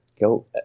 go